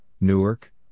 Newark